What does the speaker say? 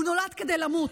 הוא נולד כדי למות.